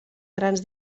grans